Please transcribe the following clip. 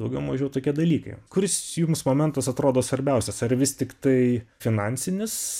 daugiau mažiau tokie dalykai kuris jums momentas atrodo svarbiausias ar vis tiktai finansinis